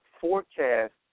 forecast